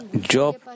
Job